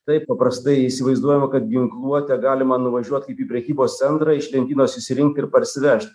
taip paprastai įsivaizduojama kad ginkluotę galima nuvažiuot kaip į prekybos centrą iš lentynos išsirinkt ir parsivežt